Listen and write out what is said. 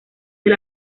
del